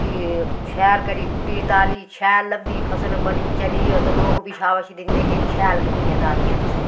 फ्ही शैल करी गुड्डी ताली शैल लभदी फसल बड़ी बनी तनी दी होऐ लोक बी शाबाशी दिंदे के शैल गुड्डियां तालियां तुसें